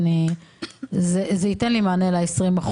זה ייתן לי מענה ל-20%.